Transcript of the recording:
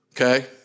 Okay